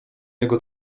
jego